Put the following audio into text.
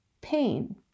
pain